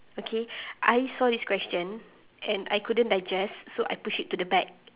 okay I saw this question and I couldn't digest so I pushed it to the back